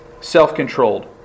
self-controlled